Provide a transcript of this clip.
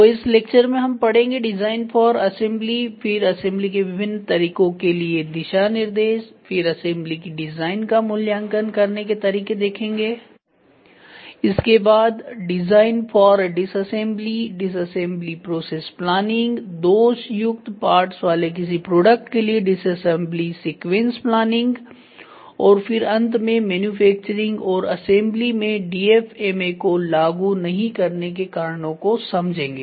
तो इस लेक्चर में हम पढ़ेंगे डिजाइन फॉर असेंबली फिर असेंबली के विभिन्न तरीकों के लिए दिशानिर्देश फिर असेंबली की डिजाइन का मूल्यांकन करने के तरीके देखेंगे इसके बाद design for disassembly disassembly process planning दोष युक्त पार्ट्स वाले किसी प्रोडक्ट के लिए डिसअसेंबली सीक्वेंस प्लानिंग और फिर अंत में मैन्युफैक्चरिंग और असेंबली में DFMA को लागू नहीं करने के कारणों को समझेंगे